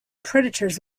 predators